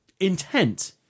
intent